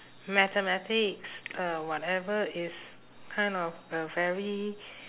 mathematics uh whatever is kind of a very